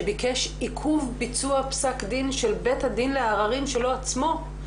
שביקש עיכוב ביצוע פסק דין של בית הדין לעררים שלו עצמו,